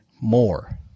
more